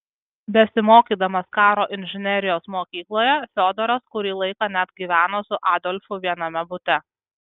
besimokydamas karo inžinerijos mokykloje fiodoras kurį laiką net gyveno su adolfu viename bute